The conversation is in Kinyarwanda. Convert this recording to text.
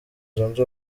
zunze